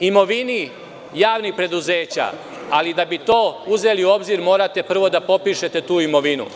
imovini javnih preduzeća, ali da bi to uzeli u obzir, morate prvo da popišete tu imovinu.